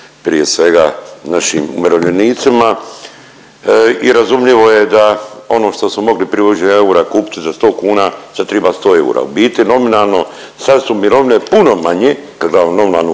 prije svega našim umirovljenicima i razumljivo je da ono što su mogli prije uvođenja eura kupiti za 100 kuna, sad treba 100 eura. U biti nominalno sad su mirovine puno manje kad gledamo nominalnu